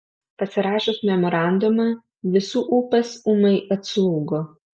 pasirašius memorandumą visų ūpas ūmai atslūgo